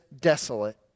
desolate